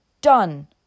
Done